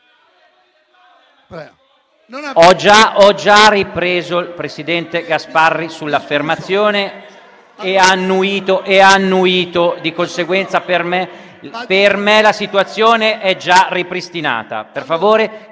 Ho già ripreso il presidente Gasparri sull'affermazione e ha annuito. Di conseguenza, per me la situazione è già ripristinata. Per favore,